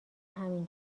همین